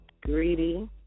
Greedy